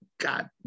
God